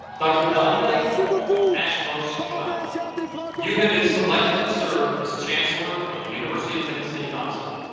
dr. don de ashe most plowman you have been selected to serve as chancellor of the university of tennessee knoxville